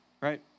right